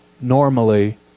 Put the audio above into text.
normally